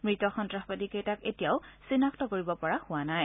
মৃত সন্ত্ৰাসবাদীকেইটাক এতিয়াও চিনাক্ত কৰিব পৰা হোৱা নাই